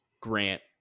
Grant